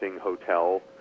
hotel